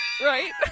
right